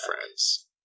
friends